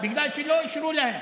בגלל שלא אישרו להם.